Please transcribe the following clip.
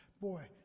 boy